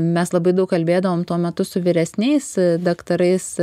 mes labai daug kalbėdavom tuo metu su vyresniais daktarais